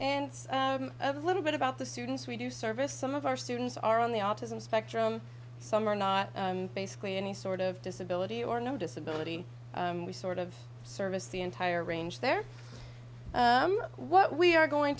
and a little bit about the students we do service some of our students are on the autism spectrum some are not basically any sort of disability or no disability we sort of service the entire range there what we are going